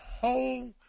whole